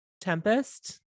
Tempest